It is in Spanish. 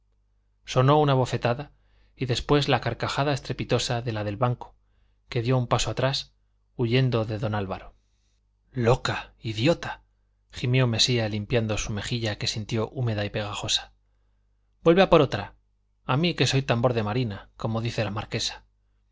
sonó una bofetada y después la carcajada estrepitosa de la del banco que dio un paso atrás huyendo de don álvaro loca idiota gimió mesía limpiando su mejilla que sintió húmeda y pegajosa vuelve por otra a mí que soy tambor de marina como dice la marquesa